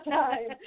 time